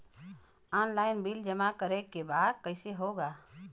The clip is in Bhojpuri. ऑनलाइन बिल जमा करे के बा कईसे होगा?